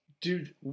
dude